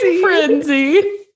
frenzy